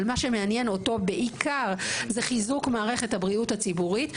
אבל מה שמעניין אותו בעיקר זה חיזוק מערכת הבריאות הציבורית,